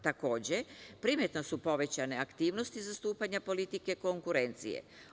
Takođe, primetno su povećane aktivnosti zastupanja politike konkurencije.